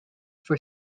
for